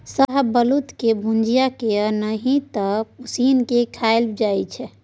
शाहबलुत के भूजि केँ आ नहि तए उसीन के खाएल जाइ छै